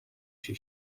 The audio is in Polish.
się